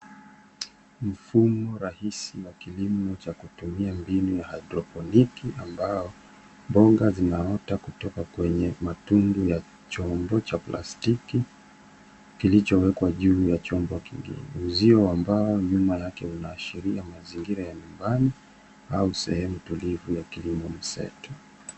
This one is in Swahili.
Mfumo rahisi wa kilimo cha kutumia mbinu ya hydroponic ambao mboga zinaota kutoka kwenye matundu ya chombo cha plastiki kilichowekwa juu ya chumbo kingine. Uzio wa mbao ulio nyuma yao unaashiria mazingira ya nyumbani au sehemu tulivu ya kilimo mseto.